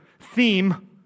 theme